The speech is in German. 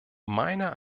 meiner